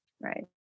Right